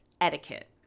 etiquette